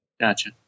Gotcha